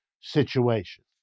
situation